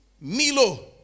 Milo